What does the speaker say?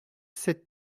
sept